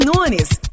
Nunes